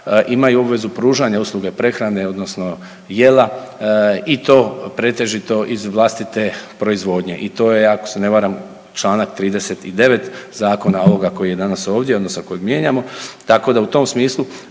imaju obvezu pružanja usluge prehrane odnosno jela i to pretežito iz vlastite proizvodnje. I to je ako se ne varam Članak 39. zakona ovoga koji je danas ovdje odnosno kojeg mijenjamo. Tako da u tom smislu